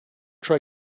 try